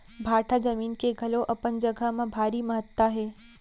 भाठा जमीन के घलौ अपन जघा म भारी महत्ता हे